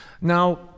Now